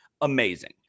amazing